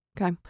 okay